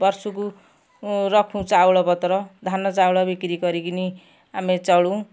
ବର୍ଷୁକୁ ରଖୁ ଚାଉଳ ପତ୍ର ଧାନ ଚାଉଳ ବିକ୍ରି କରିକିନି ଆମେ ଚଳୁ